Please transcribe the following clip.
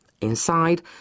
Inside